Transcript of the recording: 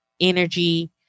energy